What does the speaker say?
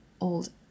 old